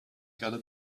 gotta